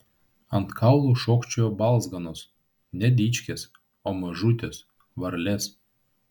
ant kaulų šokčiojo balzganos ne dičkės o mažutės varlės